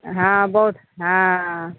हँ बहुत हँ